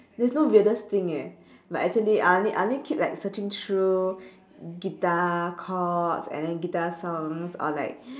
there's no weirdest thing eh but actually I only I only keep like searching through guitar cords and then guitar songs or like